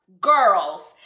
girls